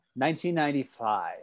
1995